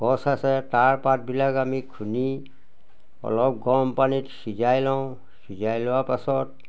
গছ আছে তাৰ পাতবিলাক আমি খুন্দি অলপ গৰম পানীত সিজাই লওঁ সিজাই লোৱা পাছত